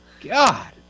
God